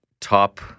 top